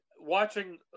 watching